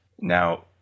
Now